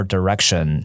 Direction